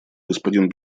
господин